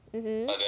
mmhmm